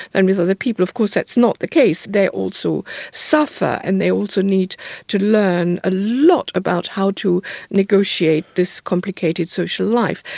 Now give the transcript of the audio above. and with other people of course that's not the case they also suffer and they also need to learn a lot about how to negotiate this complicated social life.